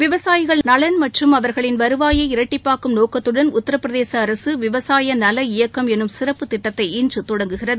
விவசாயிகள் நலன் மற்றும் அவர்களின் வருவாயை இரட்டிப்பாக்கும் நோக்கத்தடன் உத்திரபிரதேச அரசு விவசாய நல இயக்கம் எனும் சிறப்பு திட்டத்தை இன்று தொடங்குகிறது